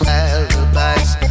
alibis